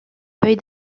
feuille